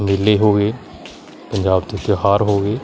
ਮੇਲੇ ਹੋ ਗਏ ਪੰਜਾਬ ਦੇ ਤਿਉਹਾਰ ਹੋ ਗਏ